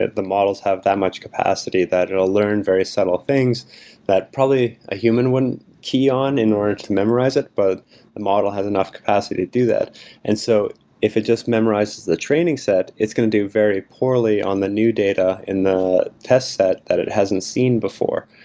the models have that much capacity that it will learn very subtle things that probably a human would key on in order to memorize it, but the model has enough capacity to do that and so if it just memorizes the training set, it's is going to do very poorly on the new data in the test set that it hasn't seen before.